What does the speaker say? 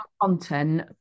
content